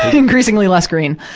increasingly less green.